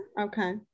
Okay